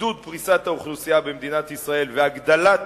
עידוד פריסת האוכלוסייה במדינת ישראל והגדלת